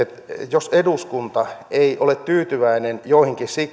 jos eduskunta ei ole tyytyväinen joihinkin